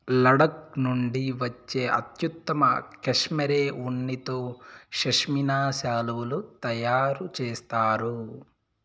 లడఖ్ నుండి వచ్చే అత్యుత్తమ కష్మెరె ఉన్నితో పష్మినా శాలువాలు తయారు చేస్తారు